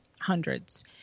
hundreds